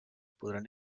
podran